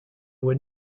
were